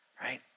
right